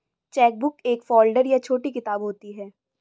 chequebook एक फ़ोल्डर या छोटी किताब होती है